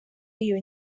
iyo